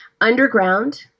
underground